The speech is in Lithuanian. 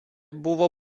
buvo